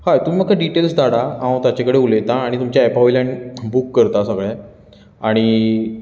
हय तुमी म्हाका डिटेल्स धाडात हांव ताचे कडेन उलयतां तुमच्या एपा वयल्यान बूक करतां सगळें आनी